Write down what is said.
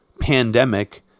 pandemic